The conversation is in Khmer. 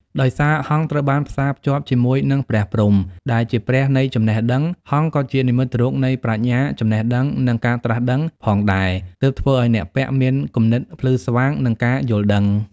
ដោយសារហង្សត្រូវបានផ្សារភ្ជាប់ជាមួយនឹងព្រះព្រហ្ម ដែលជាព្រះនៃចំណេះដឹង ហង្សក៏ជានិមិត្តរូបនៃ ប្រាជ្ញា ចំណេះដឹង និង ការត្រាស់ដឹង ផងដែរ ទើបធ្វើឲ្យអ្នកពាក់មានគំនិតភ្លឺស្វាង និងការយល់ដឹង។